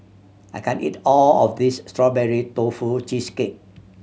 I can't eat all of this Strawberry Tofu Cheesecake